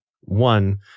one